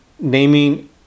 naming